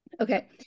Okay